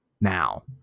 now